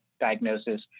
diagnosis